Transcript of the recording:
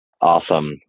Awesome